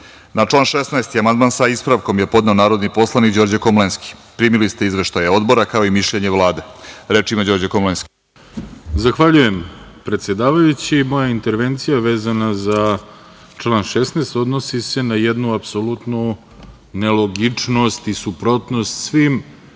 član 16. amandman, sa ispravkom, je podneo narodni poslanik Đorđe Komlenski. Primili ste izveštaje Odbora, kao i mišljenje Vlade. Reč ima Đorđe Komlenski. **Đorđe Komlenski** Zahvaljujem, predsedavajući. Moja intervencija vezana za član 16, odnosi se na jednu apsolutnu nelogičnost i suprotnost svim